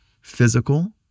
physical